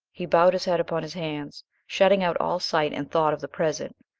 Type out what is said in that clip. he bowed his head upon his hands, shutting out all sight and thought of the present,